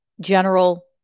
general